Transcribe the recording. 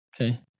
Okay